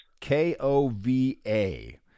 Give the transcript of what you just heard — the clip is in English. K-O-V-A